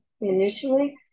initially